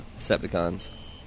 Decepticons